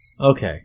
Okay